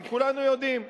כי כולנו יודעים,